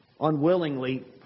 unwillingly